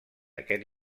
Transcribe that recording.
aquest